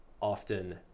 Often